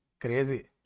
Crazy